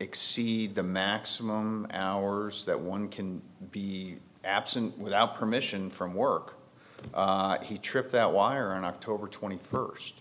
exceed the maximum hours that one can be absent without permission from work he tripped that wire on october twenty first